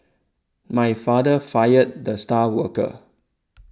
my father fired the star worker